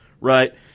right